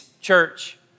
church